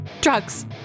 Drugs